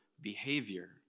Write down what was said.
behavior